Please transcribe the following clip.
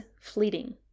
fleeting